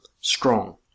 strong